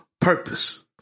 purpose